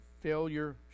failure